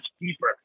deeper